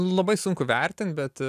labai sunku vertint bet